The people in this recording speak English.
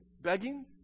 Begging